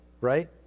right